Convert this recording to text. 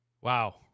Wow